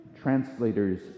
translators